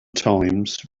times